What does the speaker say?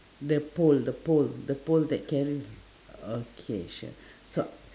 the pole the pole the pole that carry th~ okay sure so